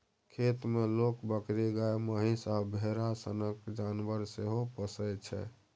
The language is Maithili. खेत मे लोक बकरी, गाए, महीष आ भेरा सनक जानबर सेहो पोसय छै